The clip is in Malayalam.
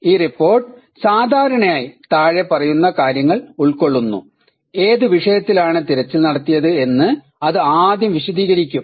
ഈ റിപ്പോർട്ട് സാധാരണയായി താഴെ പറയുന്ന കാര്യങ്ങൾ ഉൾക്കൊള്ളുന്നു ഏതു വിഷയത്തിലാണ് തിരച്ചിൽ നടത്തിയത് എന്ന് അത് ആദ്യം വിശദീകരിക്കും